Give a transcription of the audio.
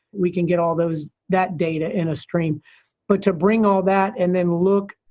we can get all those that data in a stream but to bring all that and then look,